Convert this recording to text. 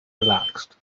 relaxed